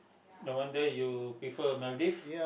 no wonder you prefer Maldives